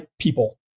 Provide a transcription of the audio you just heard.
people